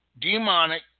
demonic